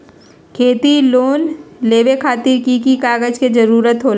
खेती लोन लेबे खातिर की की कागजात के जरूरत होला?